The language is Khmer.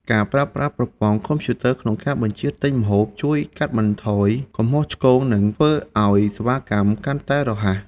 ការប្រើប្រាស់ប្រព័ន្ធកុំព្យូទ័រក្នុងការបញ្ជាទិញម្ហូបជួយកាត់បន្ថយកំហុសឆ្គងនិងធ្វើឱ្យសេវាកម្មកាន់តែរហ័ស។